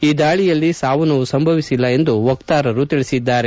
ಈ ದಾಳಿಯಲ್ಲಿ ಸಾವು ನೋವು ಸಂಭವಿಸಿಲ್ಲ ಎಂದು ವಕ್ತಾರರು ತಿಳಿಸಿದ್ದಾರೆ